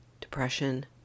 depression